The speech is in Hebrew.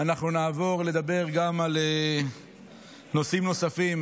אנחנו נעבור לדבר גם על נושאים נוספים,